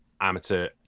amateur